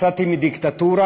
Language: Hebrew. יצאתי מדיקטטורה,